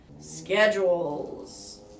Schedules